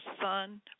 son